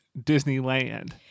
Disneyland